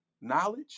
knowledge